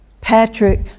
Patrick